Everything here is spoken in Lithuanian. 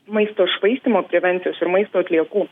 maisto švaistymo prevencijos ir maisto atliekų